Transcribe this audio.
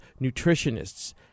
nutritionists